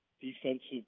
defensive